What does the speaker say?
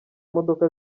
modoka